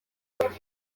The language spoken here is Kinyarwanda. gukorwa